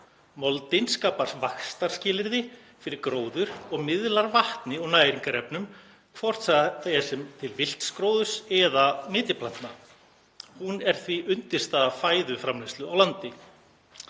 Moldin skapar vaxtarskilyrði fyrir gróður og miðlar vatni og næringarefnum, hvort sem það er til villts gróðurs eða nytjaplantna. Hún er því undirstaða fæðuframleiðslu á landi.